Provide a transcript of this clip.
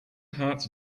hearts